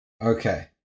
Okay